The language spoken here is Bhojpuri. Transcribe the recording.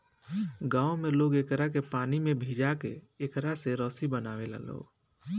गांव में लोग एकरा के पानी में भिजा के एकरा से रसरी बनावे लालो